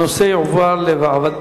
הנושא יועבר לוועדת העבודה,